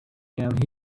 and